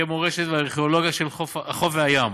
ערכי המורשת והארכיאולוגיה של החוף והים,